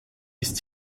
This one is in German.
ist